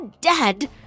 dead